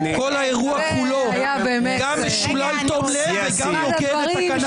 כל האירוע כולו גם משולל תום לב וגם נוגד את תקנת הציבור.